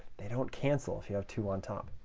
they don't cancel if you have two on top.